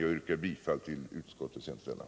Jag yrkar bifall till utskottets hemställan.